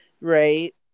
right